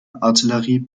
artillerie